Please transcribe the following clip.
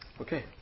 Okay